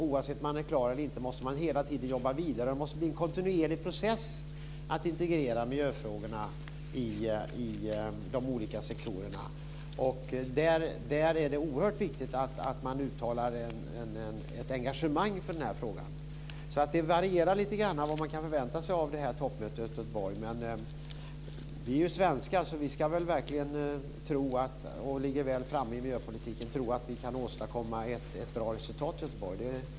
Oavsett om man är klar eller inte måste man hela tiden jobba vidare. Det måste bli en kontinuerlig process att integrera miljöfrågorna i de olika sektorerna. Här är det oerhört viktigt att man uttalar ett engagemang för den här frågan. Det varierar lite grann vad man kan förvänta sig av toppmötet i Göteborg. Vi svenskar ligger väl framme i miljöpolitiken, och jag tror att vi kan åstadkomma ett bra resultat i Göteborg.